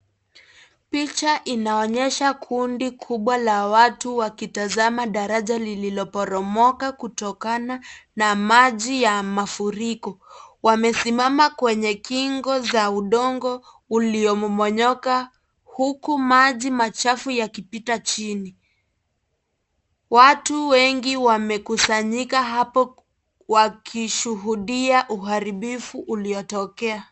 Picha inaonyesha kundi kubwa la watu wakitazama daraja lililoporomoka kutokana na maji ya mafuriko. Wamesimama kwenye kingo za udongo uliomomonyoka huku maji machafu yakipita chini. Watu wengi wamekusanyika hapo wakishuhudia uharibifu uliotokea